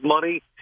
money